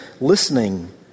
listening